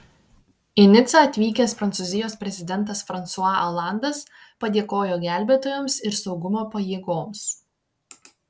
į nicą atvykęs prancūzijos prezidentas fransua olandas padėkojo gelbėtojams ir saugumo pajėgoms